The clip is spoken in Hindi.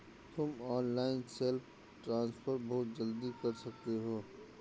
तुम ऑनलाइन सेल्फ ट्रांसफर बहुत जल्दी कर सकते हो